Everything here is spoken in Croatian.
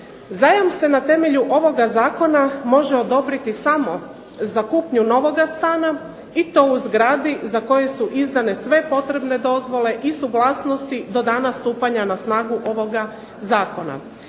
Zajam se na temelju ovoga zakona može odobriti samo za kupnju novoga stana i to u zgradi za koju su izdane sve potrebne dozvole i suglasnosti do dana stupanja na snagu ovoga zakona.